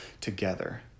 together